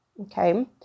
Okay